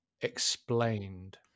explained